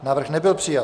Návrh nebyl přijat.